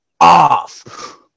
off